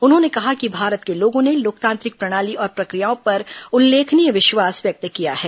उन्होंने कहा कि भारत के लोगों ने लोकतांत्रिक प्रणाली और प्रक्रियाओं पर उल्लेखनीय विश्वास व्यक्त किया है